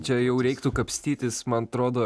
čia jau reiktų kapstytis man atrodo